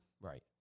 right